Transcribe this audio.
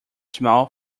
small